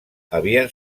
havien